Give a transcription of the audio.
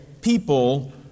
people